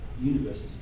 universes